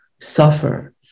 suffer